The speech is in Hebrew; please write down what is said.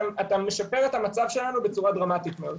אתה משפר את המצב שלנו בצורה דרמטית מאוד.